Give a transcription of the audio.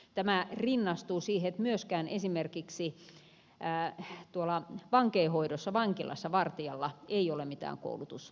tämä rinnastuu siihen että myöskään esimerkiksi tuolla vankeinhoidossa vankilassa vartijalla ei ole mitään koulutusedellytyksiä